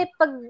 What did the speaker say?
pag